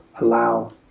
allow